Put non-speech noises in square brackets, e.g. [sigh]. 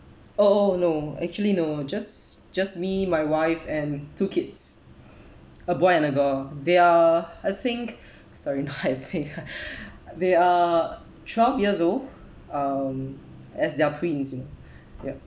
oh oh no actually no just just me my wife and two kids a boy and a girl they are I think sorry not I think [laughs] [breath] they are twelve years old um as they're twins yup